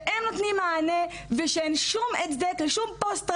שהם נותנים מענה ושאין שום הצדק לשום פוסט טראומה,